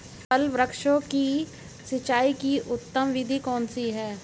फल वृक्षों की सिंचाई की उत्तम विधि कौन सी है?